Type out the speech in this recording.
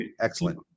excellent